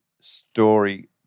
story